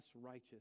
righteous